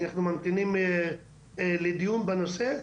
אנחנו ממתינים לדיון בנושא,